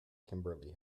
kimberly